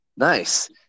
Nice